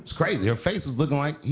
crazy. her face was looking like,